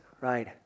right